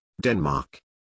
Denmark